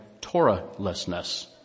Torahlessness